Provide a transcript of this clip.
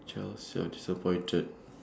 child self disappointed